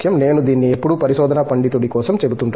నేను దీన్ని ఎప్పుడూ పరిశోధనా పండితుడి కోసం చెబుతాను